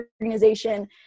organization